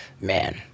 Man